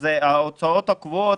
אני חשב שההוצאות הקבועות